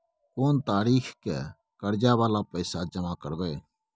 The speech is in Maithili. कोन तारीख के कर्जा वाला पैसा जमा करबे?